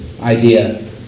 idea